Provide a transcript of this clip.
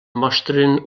mostren